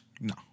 No